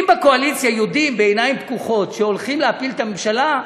אם בקואליציה יודעים בעיניים פקוחות שהולכים להפיל את הממשלה,